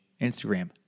Instagram